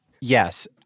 Yes